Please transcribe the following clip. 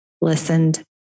listened